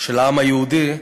של העם היהודי,